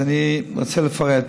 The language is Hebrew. אז אני רוצה לפרט.